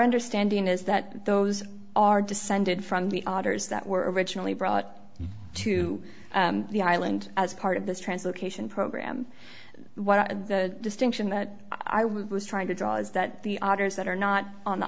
understanding is that those are descended from the authors that were originally brought to the island as part of this translocation program what of the distinction that i was trying to draw is that the otters that are not on the